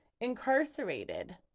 incarcerated